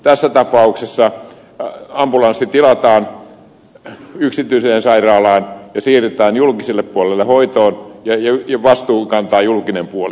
tässä tapauksessa ambulanssi tilataan yksityiseen sairaalaan ja asiakas siirretään julkiselle puolelle hoitoon ja vastuun kantaa julkinen puoli